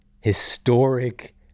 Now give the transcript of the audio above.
historic